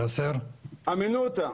הימנותא,